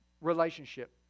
relationship